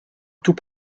tout